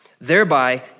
thereby